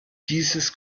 dieses